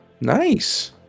nice